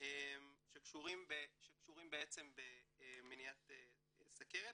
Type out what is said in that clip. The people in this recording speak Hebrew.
שקשורים במניעת סוכרת,